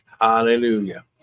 Hallelujah